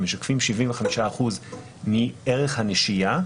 הם משקפים 75% מערך הנשייה,